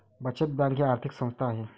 बचत बँक ही आर्थिक संस्था आहे